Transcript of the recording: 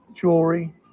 Jewelry